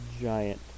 giant